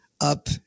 up